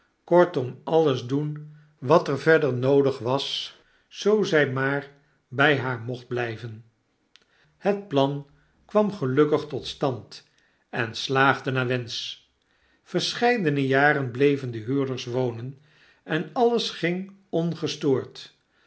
kortom alles doen wat er verder noodig was zoo zy maar by haar mocht blyven het plan kwam gelukkig tot stand en slaagde naar wensch verscheidene jaren bleven de huurders wonen en alles ging ongestoord